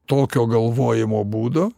tokio galvojimo būdo